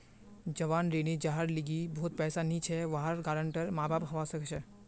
जवान ऋणी जहार लीगी बहुत पैसा नी छे वहार गारंटर माँ बाप हवा सक छे